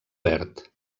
verd